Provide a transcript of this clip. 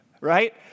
right